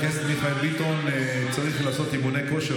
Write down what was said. הוא צריך לעשות אימוני כושר,